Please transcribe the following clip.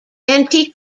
antique